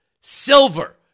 silver